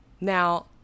Now